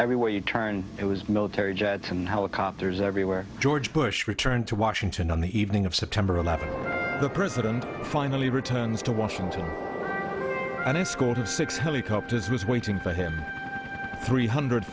everywhere you turn it was military jets and helicopters everywhere george bush returned to washington on the evening of september eleventh the president finally returns to washington and escorted six helicopters was waiting for him three hundred